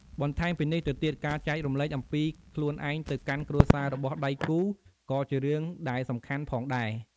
បន្ថែមពីនេះទៅទៀត ការចែករំលែកអំពីខ្លួនឯងទៅកាន់គ្រួសាររបស់ដៃគូរ ក៏ជារឿងដែលសំខាន់ផងដែរ។